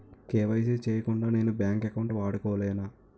KYC చేయకుండా నేను bank account వాడుకొలేన?